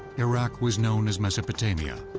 iraq was known as mesopotamia,